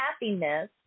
happiness